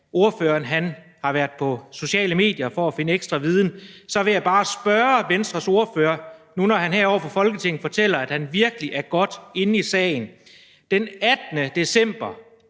ordføreren har været på sociale medier for at finde ekstra viden. Så vil jeg bare sige til Venstres ordfører nu, når han her, overfor Folketinget, fortæller, at han virkelig er godt inde i sagen: Den 18. december